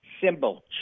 Symbol